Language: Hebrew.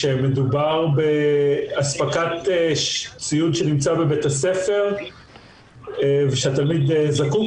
שמדובר באספקת ציוד שנמצא בבית הספר ושהתלמיד זקוק